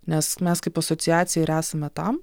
nes mes kaip asociacija ir esame tam